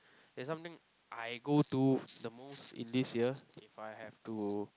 there's something I go to the most in this year if I have to